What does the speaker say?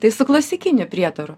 tai su klasikiniu prietaru